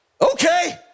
okay